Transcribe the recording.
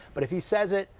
but if he says it,